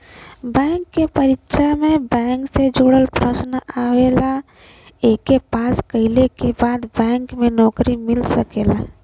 bank के परीक्षा में बैंक से जुड़ल प्रश्न आवला एके पास कइले के बाद बैंक में नौकरी मिल सकला